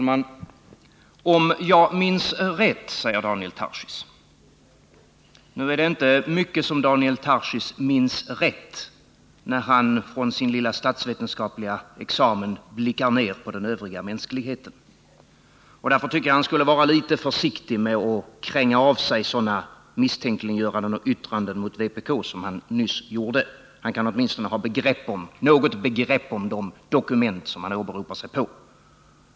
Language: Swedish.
Herr talman! När Daniel Tarschys hänvisade till vpk:s partiprogram använde han uttrycket ”om jag minns rätt”. Det är inte mycket som Daniel Tarschys minns rätt, när han från sin lilla statsvetenskapliga examen blickar 51 ner på den övriga mänskligheten. Därför borde han vara litet försiktig med att kränga av sig sådana misstänkliggöranden av och yttranden om vpk som han nyss gjorde. Han kunde åtminstone ha något begrepp om de dokument som han åberopar.